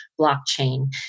blockchain